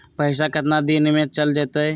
पैसा कितना दिन में चल जतई?